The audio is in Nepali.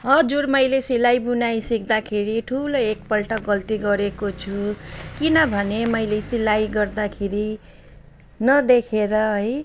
हजुर मैले सिलाई बुनाई सिक्दाखेरि ठुलो एकपल्ट गल्ती गरेको छु किनभने मैले सिलाई गर्दाखेरि नदेखेर है